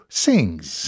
sings